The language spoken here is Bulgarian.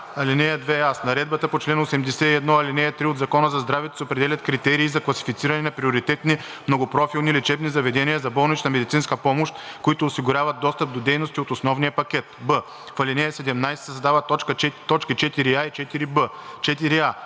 2а: „(2а) С наредбата по чл. 81, ал. 3 от Закон за здравето се определят критерии за класифициране на приоритетни многопрофилни лечебни заведения за болнична медицинска помощ, които осигуряват достъп до дейности от основния пакет.“ б) в ал. 17 се създават т. 4а и 4б: